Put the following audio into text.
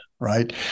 right